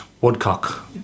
Woodcock